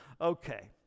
Okay